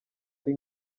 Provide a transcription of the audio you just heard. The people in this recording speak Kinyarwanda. ari